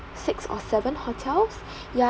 six or seven hotels ya